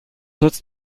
nützt